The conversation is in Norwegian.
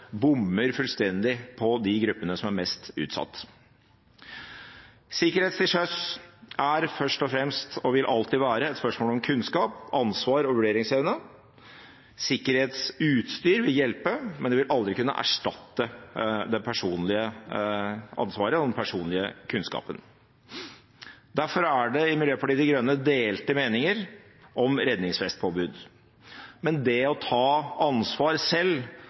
bommer fullstendig på de gruppene som er mest utsatt. Sikkerhet til sjøs er først og fremst – og vil alltid være – et spørsmål om kunnskap, ansvar og vurderingsevne. Sikkerhetsutstyr vil hjelpe, men det vil aldri kunne erstatte det personlige ansvaret og den personlige kunnskapen. Derfor er det i Miljøpartiet De Grønne delte meninger om redningsvestpåbud. Men det å ta ansvar selv